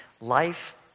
life